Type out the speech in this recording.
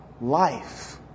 life